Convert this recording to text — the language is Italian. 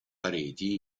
pareti